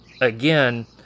again